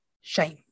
shame